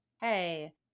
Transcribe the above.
hey